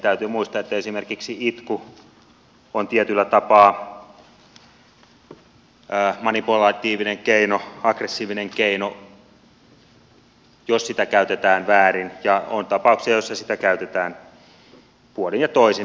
täytyy muistaa että esimerkiksi itku on tietyllä tapaa manipulatiivinen keino aggressiivinen keino jos sitä käytetään väärin ja on tapauksia joissa sitä käytetään puolin ja toisin